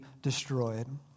destroyed